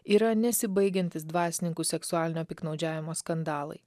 yra nesibaigiantys dvasininkų seksualinio piktnaudžiavimo skandalai